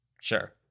Sure